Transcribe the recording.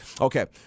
Okay